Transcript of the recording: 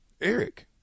Eric